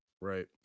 Right